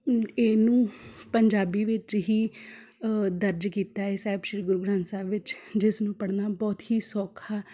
ਮ ਇਹਨੂੰ ਪੰਜਾਬੀ ਵਿੱਚ ਹੀ ਦਰਜ ਕੀਤਾ ਏ ਸਾਹਿਬ ਸ਼੍ਰੀ ਗੁਰੂ ਗ੍ਰੰਥ ਸਾਹਿਬ ਵਿੱਚ ਜਿਸ ਨੂੰ ਪੜ੍ਹਨਾ ਬਹੁਤ ਹੀ ਸੌਖਾ